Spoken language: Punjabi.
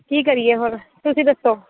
ਕੀ ਕਰੀਏ ਹੁਣ ਤੁਸੀਂ ਦੱਸੋ